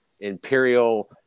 imperial